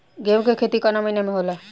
गेहूँ के खेती कवना महीना में होला?